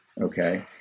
okay